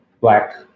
Black